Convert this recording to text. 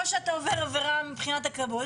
או שאתה עובר עבירה מבחינת הכבאות או